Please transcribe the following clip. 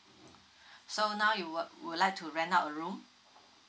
so now you wi~ would like to rent out a room